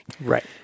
Right